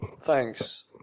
Thanks